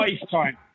lifetime